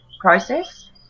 process